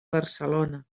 barcelona